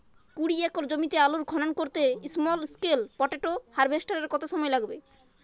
কুড়ি একর জমিতে আলুর খনন করতে স্মল স্কেল পটেটো হারভেস্টারের কত সময় লাগবে?